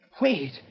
Wait